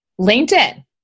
LinkedIn